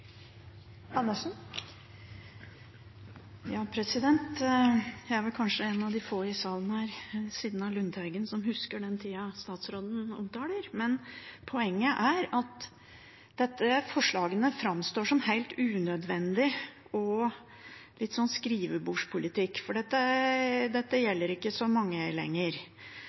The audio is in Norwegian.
Jeg er vel kanskje en av de få i salen her, ved siden av Lundteigen, som husker den tida statsråden omtaler. Poenget er at forslagene framstår som helt unødvendige og litt sånn skrivebordspolitikk, for dette gjelder ikke så mange lenger.